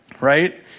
right